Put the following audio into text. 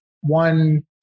one